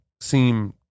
seem